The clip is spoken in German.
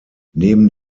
neben